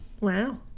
wow